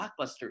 Blockbuster